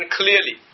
clearly